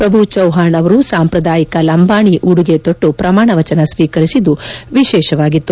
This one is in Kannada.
ಪ್ರಭು ಚೌಹಾಣ್ ಅವರು ಸಾಂಪ್ರದಾಯಿಕ ಲಂಬಾಣಿ ಉಡುಗೆ ತೊಟ್ಟು ಪ್ರಮಾಣವಚನ ಸ್ತೀಕರಿಸಿದ್ದು ವಿಶೇಷವಾಗಿತ್ತು